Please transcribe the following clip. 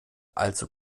also